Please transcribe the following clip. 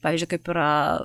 pavyzdžiui kaip yra